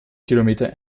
kilometer